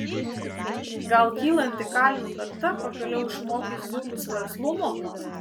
gal kylanti kalvių karta pagaliau išmokys dzūkus verslumo